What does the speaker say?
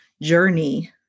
journey